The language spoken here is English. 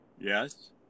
Yes